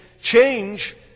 change